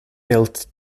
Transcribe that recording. built